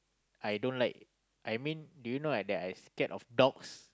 I don't like I mean do you know I that I scared of dogs